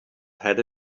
had